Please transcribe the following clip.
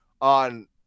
on